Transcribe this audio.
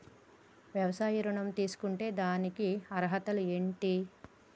వ్యవసాయ ఋణం తీసుకుంటే దానికి అర్హతలు ఏంటి?